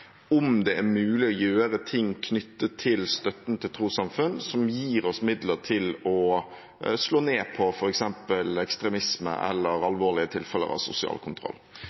om det er mulig å gjøre ting knyttet til støtten til trossamfunn som gir oss midler til å slå ned på f.eks. ekstremisme eller alvorlige tilfeller av sosial kontroll.